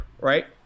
right